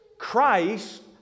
Christ